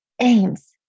aims